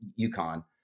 UConn